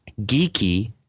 geeky